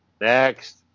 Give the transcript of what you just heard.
Next